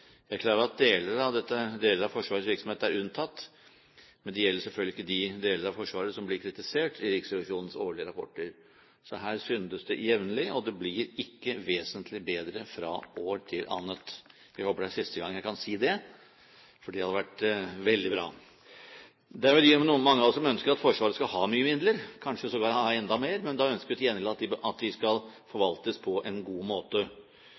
Jeg er klar over at deler av Forsvarets virksomhet er unntatt, men det gjelder selvfølgelig ikke de deler av Forsvaret som blir kritisert i Riksrevisjonens årlige rapporter. Her syndes det jevnlig, og det blir ikke vesentlig bedre fra år til annet. Jeg håper det er siste gang jeg kan si det, for det hadde vært veldig bra. Det er mange av oss som ønsker at Forsvaret skal ha mye midler, kanskje sågar enda mer, men da ønsker vi til gjengjeld at de skal forvaltes på en god måte.